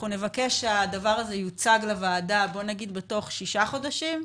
אנחנו נבקש שהדבר הזה יוצג לוועדה בתוך שישה חודשים.